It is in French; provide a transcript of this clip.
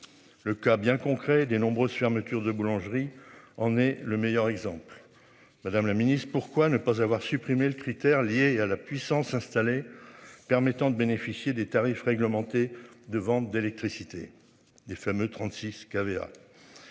Le cas bien concret des nombreuses fermetures de boulangerie. On est le meilleur exemple. Madame la Ministre pourquoi ne pas avoir supprimé le critère lié à la puissance installée. Permettant de bénéficier des tarifs réglementés de vente d'électricité des fameux 36 qui